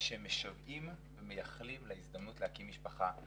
שמשוועים ומייחלים להזדמנות להקים משפחה.